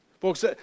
Folks